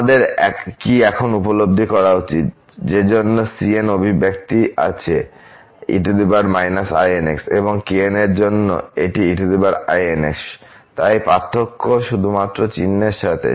আমাদের কি এখন উপলব্ধি করা উচিত যেজন্য cn অভিব্যক্তি আছে e−inx এবং kn এর জন্য এটি einx তাই পার্থক্য শুধুমাত্র চিহ্নের সাথে